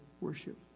worship